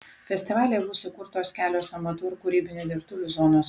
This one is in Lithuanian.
festivalyje bus įkurtos kelios amatų ir kūrybinių dirbtuvių zonos